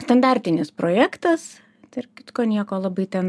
standartinis projektas tarp kitko nieko labai ten